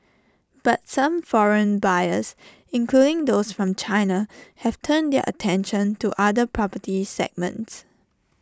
but some foreign buyers including those from China have turned their attention to other property segments